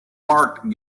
marked